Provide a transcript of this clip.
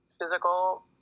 physical